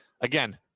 Again